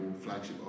flagship